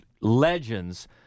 legends